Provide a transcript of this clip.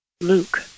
Luke